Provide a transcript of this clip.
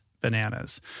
bananas